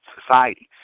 societies